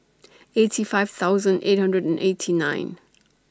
eighty five thousand eight hundred and eighty nine